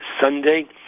Sunday